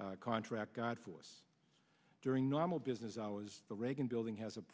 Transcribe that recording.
a contract god force during normal business hours the reagan building has a